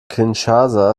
kinshasa